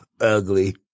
Ugly